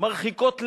מרחיקות לכת,